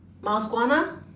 mouseguana